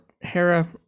Hera